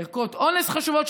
ערכות אונס חשובות,